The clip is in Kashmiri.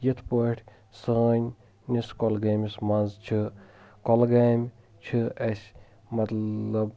یِتھ پٲٹھۍ سٲنۍ نِس کۄلگٲمِس منٛز چھِ کۄلگامہِ چھِ اسہِ مطلب